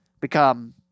become